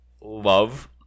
love